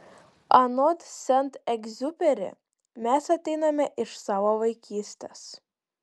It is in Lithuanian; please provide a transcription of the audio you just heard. anot sent egziuperi mes ateiname iš savo vaikystės